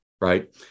right